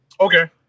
Okay